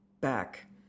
back